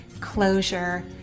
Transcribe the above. closure